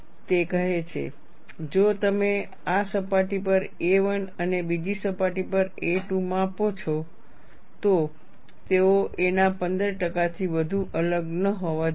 તે કહે છે જો તમે આ સપાટી પર a1 અને બીજી સપાટી પર a2 માપો છો તો તેઓ a ના 15 ટકાથી વધુ અલગ ન હોવા જોઈએ